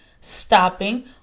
stopping